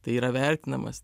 tai yra vertinamas